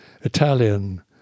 Italian